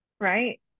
right